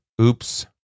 Oops